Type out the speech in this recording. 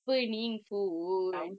um